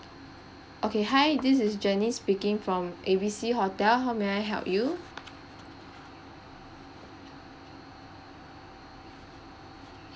okay hi this is jenny speaking from A B C hotel how may I help you